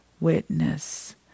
witness